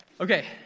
Okay